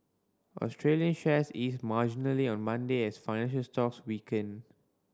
Australian shares eased marginally on Monday as financial stocks weakened